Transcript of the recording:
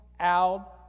out